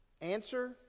Answer